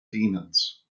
demons